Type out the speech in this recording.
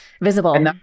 visible